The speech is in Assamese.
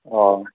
অঁ